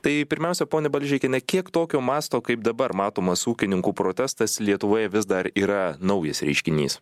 tai pirmiausia ponia balžekienė kiek tokio masto kaip dabar matomas ūkininkų protestas lietuvoje vis dar yra naujas reiškinys